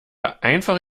einfach